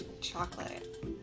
chocolate